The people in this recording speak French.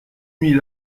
nuit